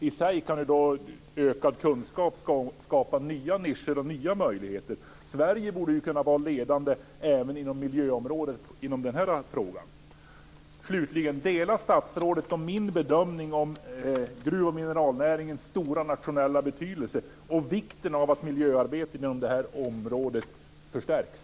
Ökad kunskap i sig kan skapa nya nischer och nya möjligheter så Sverige borde kunna vara ledande i detta avseende även på miljöområdet. Slutligen: Delar statsrådet min bedömning i fråga om gruv och mineralnäringens stora nationella betydelse och vikten av att miljöarbetet inom det här området förstärks?